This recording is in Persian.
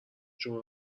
جمعه